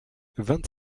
vingt